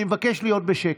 אני מבקש להיות בשקט.